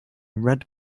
red